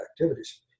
activities